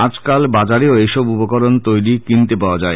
আজকাল বাজারেও এইসব উপকরণ তৈরি কিনতে পাওয়া যায়